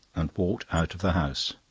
and walked out of the house.